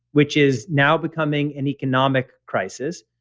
which is now becoming an economic crisis,